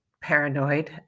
paranoid